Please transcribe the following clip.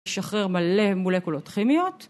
שחרר מלא מולקולות כימיות...